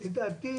נתן חוות דעת.